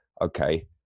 okay